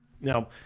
now